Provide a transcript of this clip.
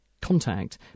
Contact